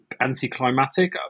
anticlimactic